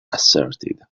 asserted